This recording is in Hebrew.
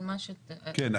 כן,